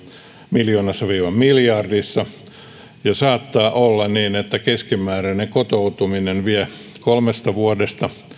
miljoonassa yhdessä miljardissa saattaa olla niin että keskimääräinen kotoutuminen vie kolmesta vuodesta